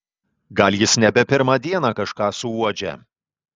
gal jis nebe pirmą dieną kažką suuodžia